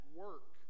work